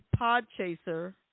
Podchaser